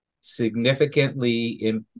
significantly